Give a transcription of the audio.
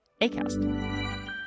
Acast